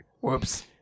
Whoops